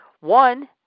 One